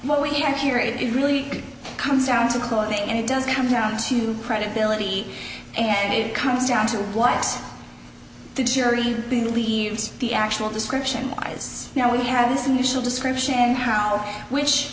what we have here it is really comes down to clothing and it does come down to credibility and it comes down to what the jury believes the actual description lies now we have this initial description and how which